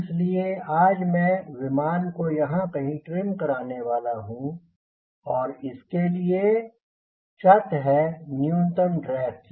इस लिए आज मैं विमान को यहाँ कहीं ट्रिम कराने वाला हूँ और इसके लिए शर्त है न्यूनतम ड्रैग की